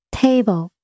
table